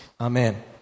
Amen